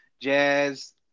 Jazz